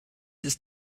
ist